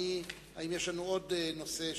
האם יש לנו עוד נושא?